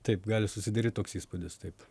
taip gali susidaryt toks įspūdis taip